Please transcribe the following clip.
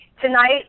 Tonight